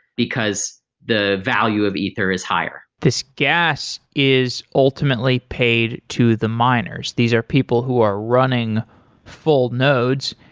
because the value of ether is higher. this gas is ultimately paid to the miners. these are people who are running full nodes.